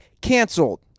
canceled